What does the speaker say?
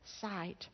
sight